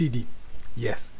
yes